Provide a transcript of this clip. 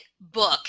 book